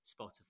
Spotify